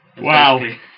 Wow